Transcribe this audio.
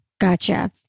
Gotcha